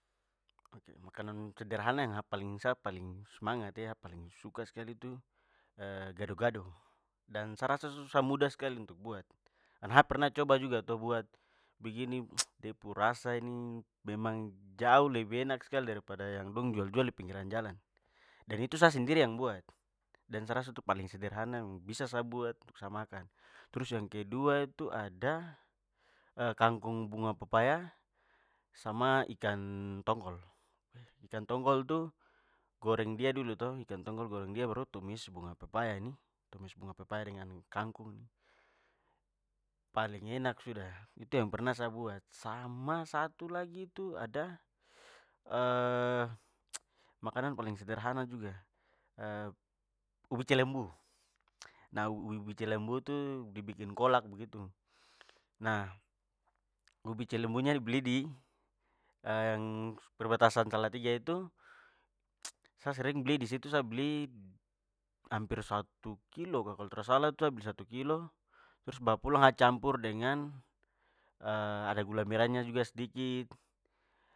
Ok makanan sederhana yang sa paling sa paling smangat e, sa paling suka skali tu gado-gado dan sa rasa sa mudah skali untuk sa buat. Sa pernah coba juga to buat begini, de pu rasa nih memang jauh lebih enak skali dari pada yang dong jual-jual di pinggiran jalan. Dan itu sa sendiri yang buat. Dan sa rasa itu paling sederhana yang bisa sa buat, sa makan. Trus yang kedua, ada kangkung bunga pepaya sama ikan tongkol. Ikan tongkol tu goreng dia dulu to, ikan tongkol goreng dia baru, bunga pepaya nih tumis dengan kangkung, paling enak sudah! Itu yang pernah sa buat. Sama, satu lagi itu ada makanan paling sederhana juga ubi cilembu. Nah ubi-ubi cilembu tu dibikin kolak begitu. Nah ubi cilembunya dibeli di yang perbatasan salatiga itu, sa sering beli disitu, sa beli hampir satu kilo ka kalo tra salah tu sa beli satu kilo trus sa bawa pulang campur dengan ada gula merahnya juga sedikit.